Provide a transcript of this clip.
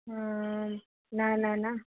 आं न न न